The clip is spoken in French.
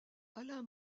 alain